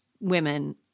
women